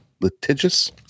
Litigious